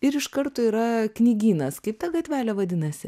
ir iš karto yra knygynas kaip ta gatvelė vadinasi